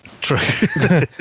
True